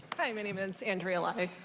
my name is andrea lai.